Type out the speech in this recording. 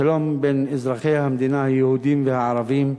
בשלום בין אזרחי המדינה היהודים והערבים.